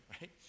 right